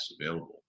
available